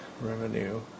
revenue